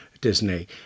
Disney